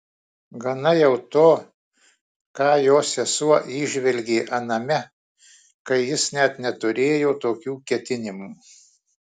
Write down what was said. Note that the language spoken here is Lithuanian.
gana jau to ką jo sesuo įžvelgė aname kai jis net neturėjo tokių ketinimų